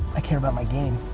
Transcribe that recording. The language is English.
i care about my game,